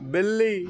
ਬਿੱਲੀ